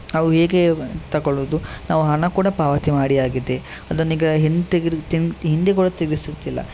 ನಾವು ಹೇಗೆ ತಗೊಳ್ಳೋದು ನಾವು ಹಣ ಕೂಡ ಪಾವತಿ ಮಾಡಿ ಆಗಿದೆ ಅದನ್ನ ಈಗ ಹಿಂತೆಗೆದು ತಿಂದ್ ಹಿಂದೆ ಕೂಡ ತೆಗೆಸುತ್ತಿಲ್ಲ